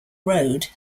road